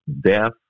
death